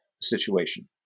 situation